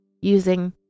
using